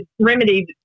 remedied